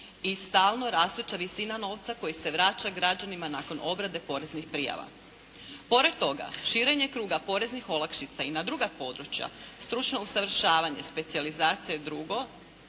i stalno rastuća visina novca koji se vraća građanima nakon obrade poreznih prijava. Pored toga širenje kruga poreznih olakšica i na druga područja, stručno usavršavanje, specijalizacija i drugo